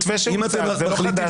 זה מתווה --- זה לא חדש,